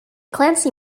clancy